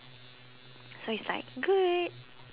so it's like good